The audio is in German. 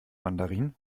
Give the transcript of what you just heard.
mandarin